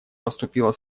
поступило